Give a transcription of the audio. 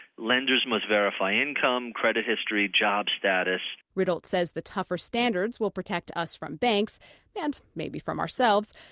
lenders must verify income, credit history, job status ritholz says the tougher standards will protect us from banks and maybe from ourselves.